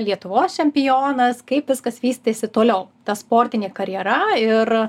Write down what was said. lietuvos čempionas kaip viskas vystėsi toliau ta sportinė karjera ir